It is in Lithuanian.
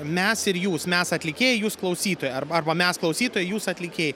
mes ir jūs mes atlikėjai jūs klausytojai arba arba mes klausytojai jūs atlikėjai